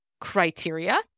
criteria